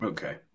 Okay